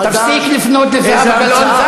תפסיק לפנות לזהבה גלאון.